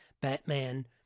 Batman